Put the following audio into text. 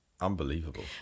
unbelievable